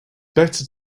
better